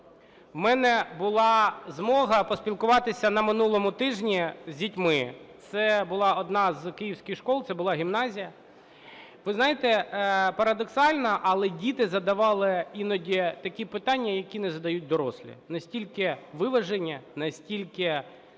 У мене була змога поспілкуватися на минулому тижні з дітьми, це була одна з київських шкіл, це була гімназія. Ви знаєте, парадоксально, але діти задавали іноді такі питання, які не задають дорослі, настільки виважені, настільки